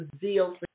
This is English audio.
zeal